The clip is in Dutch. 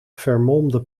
vermolmde